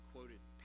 quoted